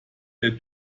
der